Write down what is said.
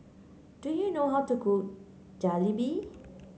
do you know how to cook Jalebi